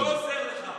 לא עוזר לך.